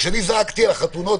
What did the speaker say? כשאני זעקתי על החתונות,